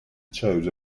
chose